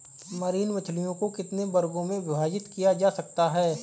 Marine मछलियों को कितने वर्गों में विभाजित किया जा सकता है?